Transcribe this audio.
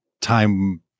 time